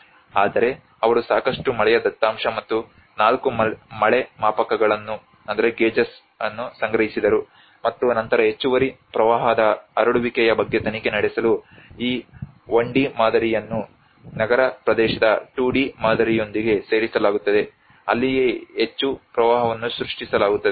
ಆದರೆ ಅವರು ಸಾಕಷ್ಟು ಮಳೆಯ ದತ್ತಾಂಶ ಮತ್ತು 4 ಮಳೆ ಮಾಪಕಗಳನ್ನು ಸಂಗ್ರಹಿಸಿದರು ಮತ್ತು ನಂತರ ಹೆಚ್ಚುವರಿ ಪ್ರವಾಹದ ಹರಡುವಿಕೆಯ ಬಗ್ಗೆ ತನಿಖೆ ನಡೆಸಲು ಈ 1 D ಮಾದರಿಯನ್ನು ನಗರ ಪ್ರದೇಶದ 2 D ಮಾದರಿಯೊಂದಿಗೆ ಸೇರಿಸಲಾಗುತ್ತದೆ ಅಲ್ಲಿಯೇ ಎಷ್ಟು ಪ್ರವಾಹವನ್ನು ಸೃಷ್ಟಿಸಲಾಗುತ್ತದೆ